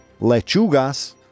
lechugas